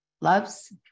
Loves